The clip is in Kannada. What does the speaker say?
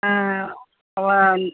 ಹಾಂ